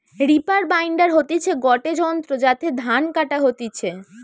reaper binder হতিছে গটে যন্ত্র যাতে ধান কাটা হতিছে